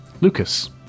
Lucas